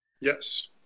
Yes